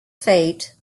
fate